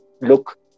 look